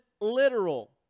literal